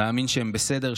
להאמין שהם בסדר,